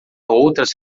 outras